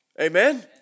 Amen